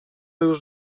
już